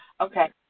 Okay